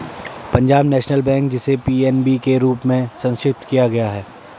Punjab national bank, जिसे PNB के रूप में संक्षिप्त किया गया है